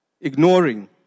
ignoring